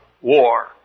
war